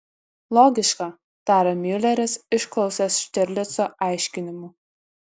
logiška tarė miuleris išklausęs štirlico aiškinimų